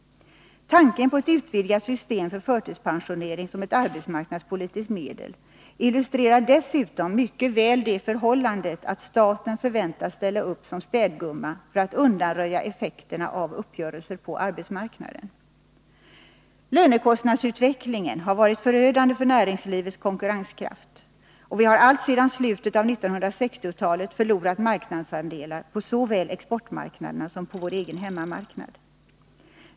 Tanken på ett utvidgat system för förtidspensionering som ett arbetsmarknadspolitiskt medel illustrerar dessutom mycket väl det förhållandet att staten förväntas ställa upp som städgumma för att undanröja effekterna av uppgörelser på arbetsmarknaden. Lönekostnadsutvecklingen har varit förödande för näringslivets konkurrenskraft, och vi har alltsedan slutet av 1960-talet förlorat marknadsandelar på såväl exportmarknaderna som på vår egen hemmamarknad.